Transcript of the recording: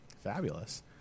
Fabulous